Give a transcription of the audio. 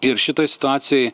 ir šitoj situacijoj